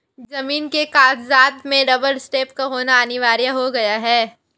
जमीन के कागजात में रबर स्टैंप का होना अनिवार्य हो गया है